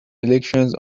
elections